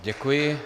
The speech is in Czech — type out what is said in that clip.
Děkuji.